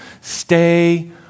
stay